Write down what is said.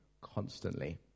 Constantly